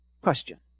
question